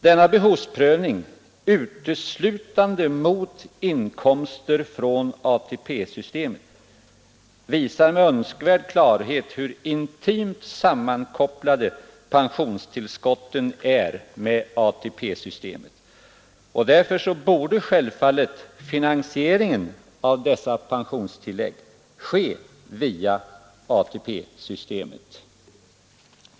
Denna behovsprövning uteslutande mot inkomster från ATP-systemet visar med önskvärd klarhet hur intimt sammankopplade pensionstillskotten är med ATP-systemet. Därför borde självfallet finansieringen av dessa pensionstillägg ske via ATP-systemet.